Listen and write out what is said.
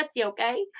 okay